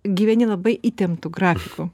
gyveni labai įtemptu grafiku